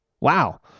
Wow